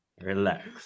Relax